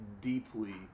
deeply